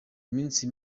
minsi